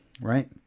right